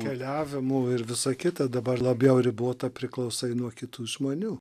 keliavimo ir visa kita dabar labiau ribota priklausai nuo kitų žmonių